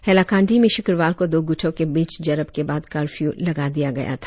हैलाकांडी में शुक्रवार को दो गुटों के बीच झड़प के बाद कर्फ्यू लगा दिया गया था